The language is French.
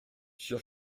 sûr